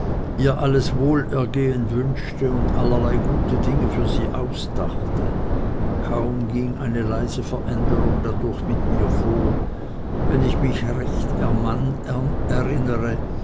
ihr alles wohlergehen wünschte und allerlei gute dinge für sie ausdachte kaum ging eine leise veränderung dadurch mit mir vor wenn ich mich recht